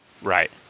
Right